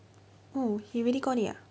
oo he already got it ah